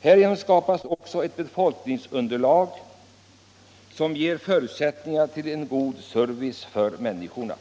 Härigenom skapas också ett befolkningsunderlag som ger goda förutsättningar för en god service till människorna.